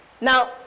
Now